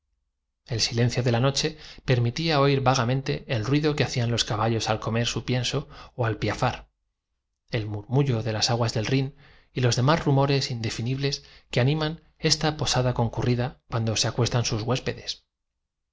el silencio de la noche permitía oir vagamente el ruido que bre de posada roja al aspecto exterior que indudablemente le había sido hacían los caballos al comer su pienso o al piafar el murmurio de las impuesto desde tiempo inmemorial por el capricho de su fundador aguas del rhin y los demás rumores indefinibles que animan una po una superstición mercantil bastante natural en los diferentes dueños sada concurrida cuando se acuestan sus huéspedes